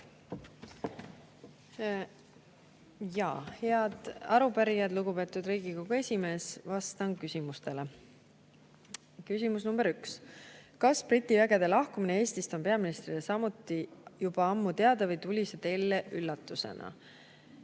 Head arupärijad! Lugupeetud Riigikogu esimees! Vastan küsimustele. Küsimus nr 1: "Kas briti vägede lahkumine Eestist oli peaministril samuti juba ammu teada või tuli see talle üllatusena?"